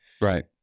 Right